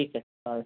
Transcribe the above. ठीक आहे चालेल